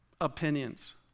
opinions